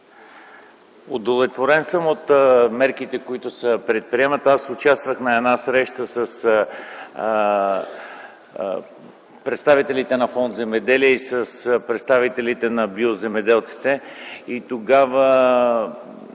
Удовлетворен съм от мерките, които се предприемат. Аз участвах на една среща с представители на Фонд „Земеделие” и с представители на биоземеделците